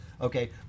okay